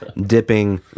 dipping